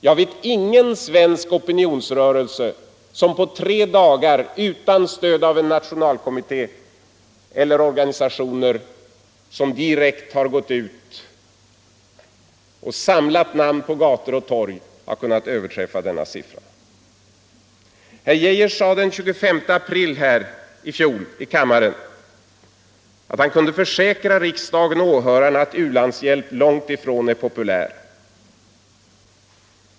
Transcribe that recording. Jag vet ingen svensk opinionsrörelse som efter tre dagar, utan stöd av någon nationalkommitté eller av några organisationer, genom att direkt gå ut och samla namn på gator och torg har kunnat redovisa ett bättre resultat. Herr Geijer sade den 25 april i fjol i kammaren att han kunde försäkra riksdagen och åhörarna att u-landshjälpen långt ifrån är populär.